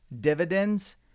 dividends